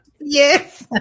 Yes